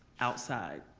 outside.